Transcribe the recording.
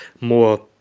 more